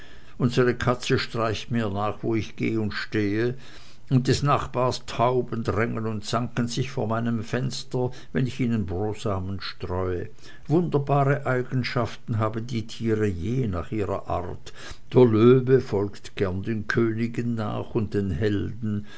unsere katze streicht mir nach wo ich geh und stehe und des nachbars tauben drängen und zanken sich vor meinem fenster wenn ich ihnen brosamen streue wunderbare eigenschaften haben die tiere je nach ihrer art der löwe folgt gern den königen nach und den helden